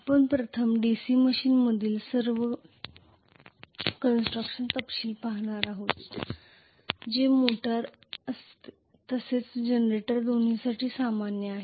आपण प्रथम DC मशीनमधील सर्व बांधकाम तपशील पाहणार आहोत जे मोटर तसेच जनरेटर दोन्हीसाठी सामान्य आहे